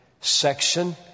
section